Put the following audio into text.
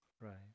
Right